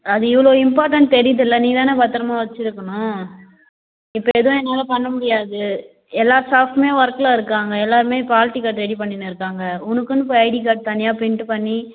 அது இவ்வளோ இம்பார்ட்டண்ட் தெரியுதுல்ல நீ தான் பத்திரமாக வச்சுருக்கணும் இப்போ எதுவும் என்னால் பண்ண முடியாது எல்லா ஸ்டாஃப்மே ஒர்க்கில் இருக்காங்க எல்லாருமே இப்போ ஹால் டிக்கெட் ரெடி பண்ணின்னு இருக்காங்க உனக்குன்னு இப்போ ஐடி கார்டு தனியாக பிரிண்ட் பண்ணி